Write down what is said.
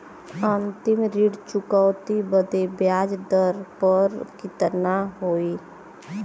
अंतिम ऋण चुकौती बदे ब्याज दर कितना होई?